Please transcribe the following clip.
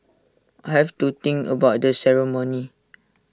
I have to think about the ceremony